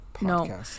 no